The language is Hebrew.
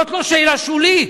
זאת לא שאלה שולית.